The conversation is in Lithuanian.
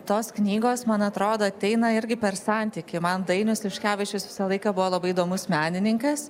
tos knygos man atrodo ateina irgi per santykį man dainius liškevičius visą laiką buvo labai įdomus menininkas